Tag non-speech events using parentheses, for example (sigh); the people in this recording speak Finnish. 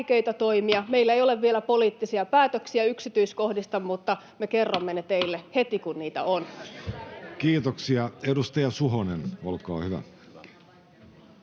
Meillä ei ole vielä poliittisia päätöksiä yksityiskohdista, mutta me kerromme ne teille (noise) heti, kun niitä on. Kiitoksia. — Edustaja Suhonen, olkaa hyvä.